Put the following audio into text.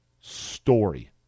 story